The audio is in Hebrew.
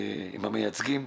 המייצגים,